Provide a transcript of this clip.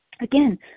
Again